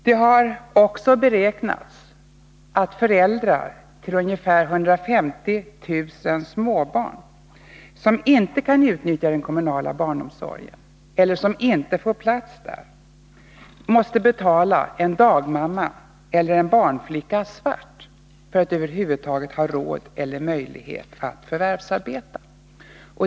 Det har också beräknats att föräldrar till ungefär 150 000 småbarn som inte kan utnyttja den kommunala barnomsorgen eller som inte får plats där, måste betala en dagmamma eller en barnflicka svart för att över huvud taget ha råd eller möjlighet att förvärvsarbeta.